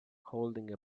holding